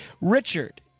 Richard